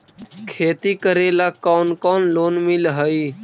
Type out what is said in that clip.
खेती करेला कौन कौन लोन मिल हइ?